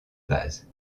base